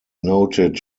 noted